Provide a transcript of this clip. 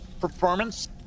performance